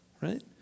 right